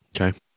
Okay